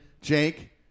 Jake